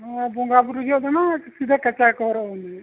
ᱦᱮᱸ ᱵᱚᱸᱜᱟ ᱵᱳᱨᱳ ᱡᱚᱦᱚᱜ ᱫᱚ ᱦᱟᱜ ᱠᱟᱸᱪᱟ ᱠᱚ ᱦᱚᱨᱚᱜ ᱵᱟᱸᱫᱮᱭᱟ